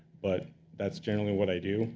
but that's generally what i do